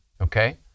okay